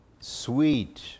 Sweet